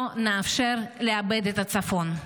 לא נאפשר לאבד את הצפון.